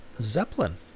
Zeppelin